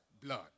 blood